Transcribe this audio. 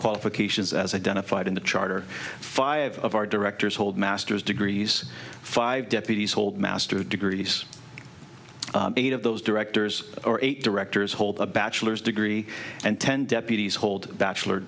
qualifications as identified in the charter five of our directors hold masters degrees five deputies hold masters degrees eight of those directors or eight directors hold a bachelor's degree and ten deputies hold bachelor